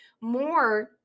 more